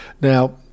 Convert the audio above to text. Now